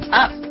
up